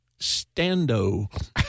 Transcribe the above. stando